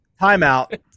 timeout